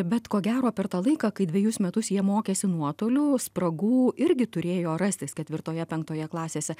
bet ko gero per tą laiką kai dvejus metus jie mokėsi nuotoliu spragų irgi turėjo rastis ketvirtoje penktoje klasėse